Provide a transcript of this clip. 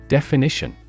Definition